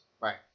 Right